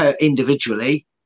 individually